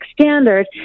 standard